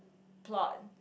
plot